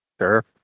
Sure